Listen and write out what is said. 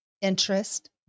interest